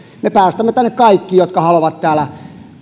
me päästämme tänne kaikki jotka haluavat täällä